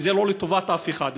וזה לא לטובת אף אחד.